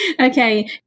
Okay